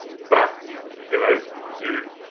but you know you